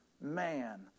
man